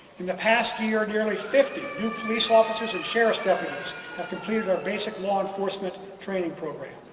in the past year nearly fifty new police officers and sheriff's deputies have completed our basic law enforcement training program.